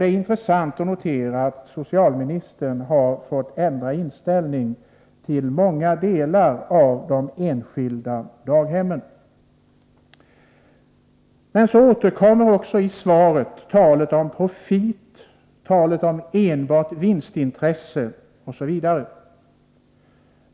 Det är intressant att notera att socialministern fått ändra inställningen i många avseenden i fråga om de enskilda daghemmen. I svaret återkommer talet om profit, enbart vinstintressen osv.